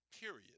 Period